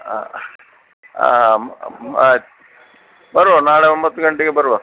ಹಾಂ ಹಾಂ ಆಯ್ತು ಬರುವ ನಾಳೆ ಒಂಬತ್ತು ಗಂಟೆಗೆ ಬರುವ